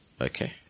Okay